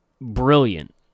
brilliant